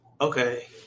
Okay